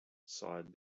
sighed